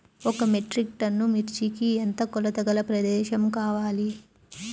ఒక metric ton మిర్చికి ఎంత కొలతగల ప్రదేశము కావాలీ?